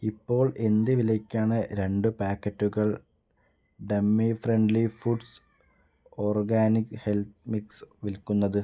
ഇപ്പോൾ എന്ത് വിലയ്ക്കാണ് രണ്ട് പാക്കറ്റുകൾ tummy friendly foods organic health mix വിൽക്കുന്നത്